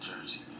jersey